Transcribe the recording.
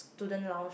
student lounge